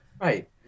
Right